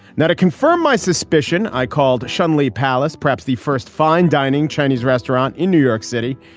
now to confirm my suspicion i called shanley palace perhaps the first fine dining chinese restaurant in new york city.